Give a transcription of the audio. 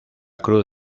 cruz